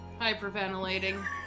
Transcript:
hyperventilating